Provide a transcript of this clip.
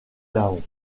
laon